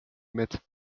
mit